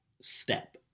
step